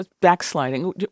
backsliding